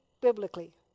biblically